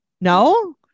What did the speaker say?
No